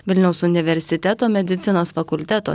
vilniaus universiteto medicinos fakulteto